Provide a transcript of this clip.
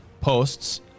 posts